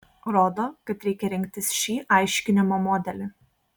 rodo kad reikia rinktis šį aiškinimo modelį